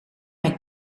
mijn